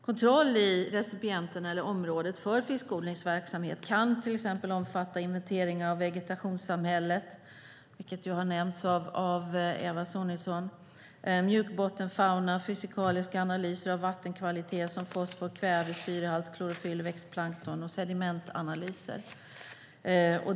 Kontroll i recipienten eller området för fiskodlingsverksamhet kan till exempel omfatta inventering av vegetationssamhället, vilket har nämnts av Eva Sonidsson, mjukbottenfauna, fysikaliska analyser av vattenkvalitet som fosfor-, kväve och syrehalt, klorofyll-, växtplankton och sedimentanalyser.